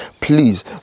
please